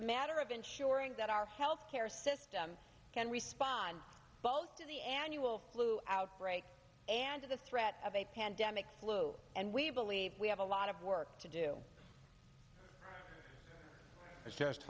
a matter of ensuring that our health care system can respond both to the annual flu outbreak and to the threat of a pandemic flu and we believe we have a lot of work to do just